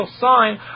sign